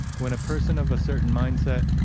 when a person of a certain mindset.